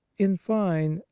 in fine,